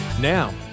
Now